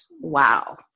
wow